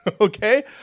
Okay